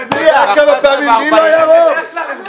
קבעת שעה,